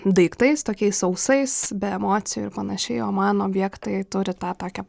daiktais tokiais sausais be emocijų ir panašiai o man objektai turi tą tokią